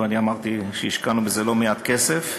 ואני אמרתי שהשקענו בזה לא מעט כסף,